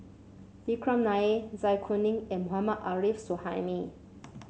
Vikram Nair Zai Kuning and Mohammad Arif Suhaimi